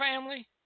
family